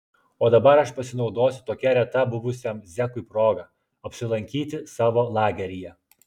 o dabar aš pasinaudosiu tokia reta buvusiam zekui proga apsilankyti savo lageryje